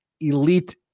elite